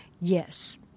Yes